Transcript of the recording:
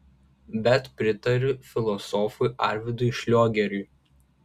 bet pritariu filosofui arvydui šliogeriui